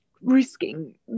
risking